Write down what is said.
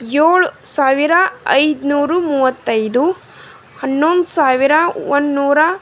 ಏಳು ಸಾವಿರ ಐದುನೂರು ಮೂವತ್ತೈದು ಹನ್ನೊಂದು ಸಾವಿರ ಒನ್ನೂರ